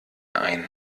ein